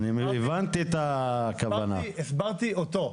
הסברתי אותו.